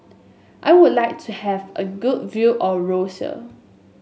I would like to have a good view of Roseau